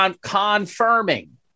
confirming